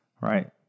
right